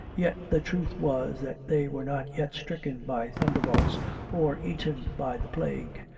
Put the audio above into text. yet the truth was that they were not yet stricken by thunderbolts or eaten by the plague.